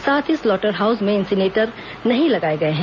साथ ही slaughter house में इंसीनरेटर नहीं लगाए गए हैं